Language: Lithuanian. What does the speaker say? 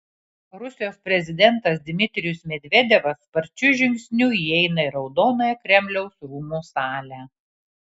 rusijos prezidentas dmitrijus medvedevas sparčiu žingsniu įeina į raudonąją kremliaus rūmų salę